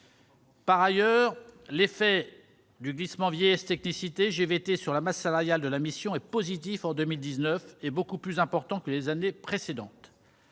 Par ailleurs, l'effet du glissement vieillesse-technicité (GVT) sur la masse salariale de la mission est positif en 2019 et beaucoup plus important que les années précédentes.